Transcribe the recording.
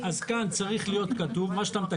מה שהוועדה